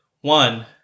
one